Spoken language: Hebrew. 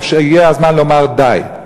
והגיע הזמן לומר די.